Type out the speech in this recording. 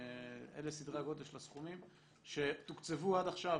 אלה סדרי הגודל של הסכומים שתוקצבו עד עכשיו